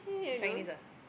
Chinese ah